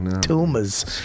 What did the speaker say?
tumors